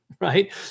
right